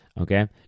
Okay